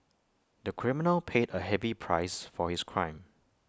the criminal paid A heavy price for his crime